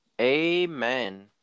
Amen